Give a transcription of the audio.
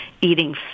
eating